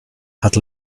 had